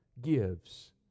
gives